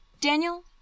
daniel